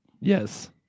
yes